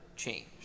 change